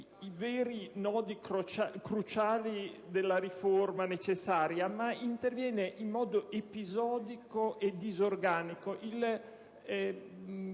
i veri nodi cruciali della riforma necessaria, ma intervenite in modo episodico, disorganico,